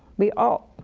we all